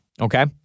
Okay